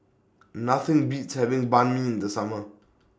Nothing Beats having Banh MI in The Summer